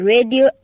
Radio